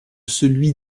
celui